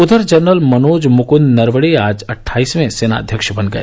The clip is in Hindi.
उधर जनरल मनोज मुकूंद नरवणे आज अट्ठाईसवें सेनाध्यक्ष बन गए